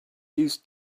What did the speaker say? used